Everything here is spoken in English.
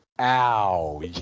Ow